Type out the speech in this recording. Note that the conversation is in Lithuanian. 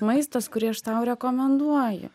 maistas kurį aš tau rekomenduoju